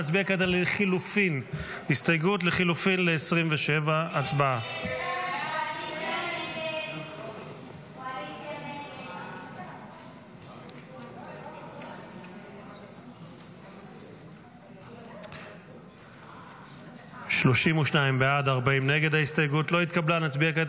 נצביע כעת על הסתייגות 27. הצבעה.